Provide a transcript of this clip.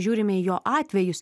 žiūrime į jo atvejus